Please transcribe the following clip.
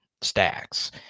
stacks